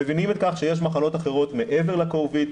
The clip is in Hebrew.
מבינים שיש מחלות אחרות מעבר ל-covid,